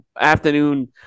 afternoon